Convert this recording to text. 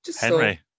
Henry